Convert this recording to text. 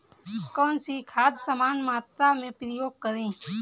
कौन सी खाद समान मात्रा में प्रयोग करें?